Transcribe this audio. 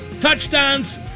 touchdowns